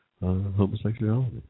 homosexuality